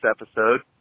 episode